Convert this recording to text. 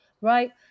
right